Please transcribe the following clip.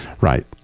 Right